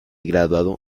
graduado